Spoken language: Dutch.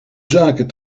zaken